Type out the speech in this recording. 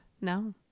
no